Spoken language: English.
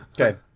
Okay